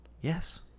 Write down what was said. Yes